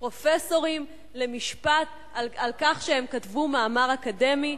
פרופסורים למשפט על כך שהם כתבו מאמר אקדמי?